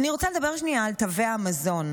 אני רוצה לדבר שנייה על תווי המזון.